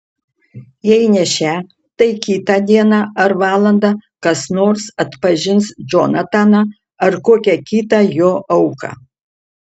jei ne šią tai kitą dieną ar valandą kas nors atpažins džonataną ar kokią kitą jo auką